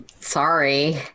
Sorry